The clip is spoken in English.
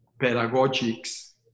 pedagogics